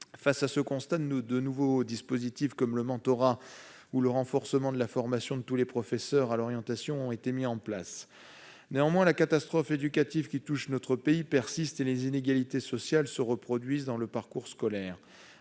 Face à ce constat, de nouveaux dispositifs comme le mentorat ou le renforcement de la formation de tous les professeurs à l'orientation ont été mis en place. Néanmoins, la catastrophe éducative qui touche notre pays persiste, et les inégalités sociales se reproduisent dans le parcours scolaire.